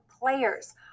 players